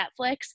Netflix